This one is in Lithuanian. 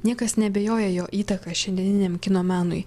niekas neabejoja jo įtaka šiandieniniam kino menui